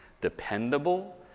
dependable